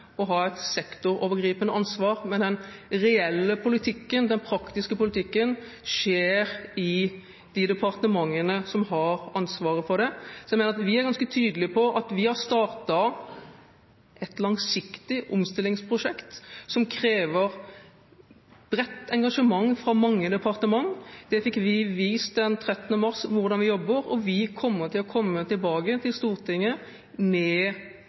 å ha et sektorovergripende ansvar, mens den reelle politikken, den praktiske politikken, skjer i de departementene som har ansvaret for det. Så jeg mener at vi er ganske tydelige på at vi har startet et langsiktig omstillingsprosjekt, som krever bredt engasjement fra mange departementer. Vi fikk vist den 13. mars hvordan vi jobber, og vi kommer til å komme tilbake til Stortinget med